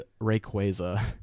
Rayquaza